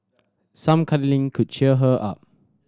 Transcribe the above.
some cuddling could cheer her up